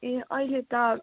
ए अहिले त